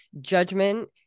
judgment